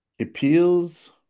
Appeals